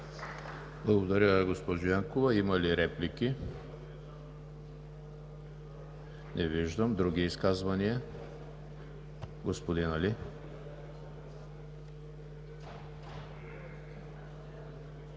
Благодаря Ви, госпожо Янкова. Има ли реплики? Не виждам. Други изказвания? Господин Али.